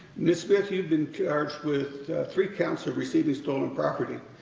ms. smith, you've been charged with three counts of receiving stolen property.